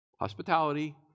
Hospitality